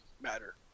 matter